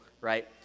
Right